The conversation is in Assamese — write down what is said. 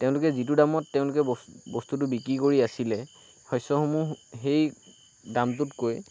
তেওঁলোকে যিটো দামত তেওঁলোকে বস্তুটো বিক্ৰী কৰি আছিলে শস্যসমূহ সেই দামটোতকৈ